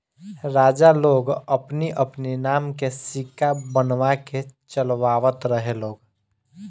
राजा लोग अपनी अपनी नाम के सिक्का बनवा के चलवावत रहे लोग